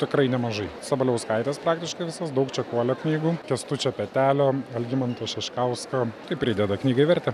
tikrai nemažai sabaliauskaitės praktiškai visos daug čekuolio knygų kęstučio petelio algimanto šeškausko tai prideda knygai vertę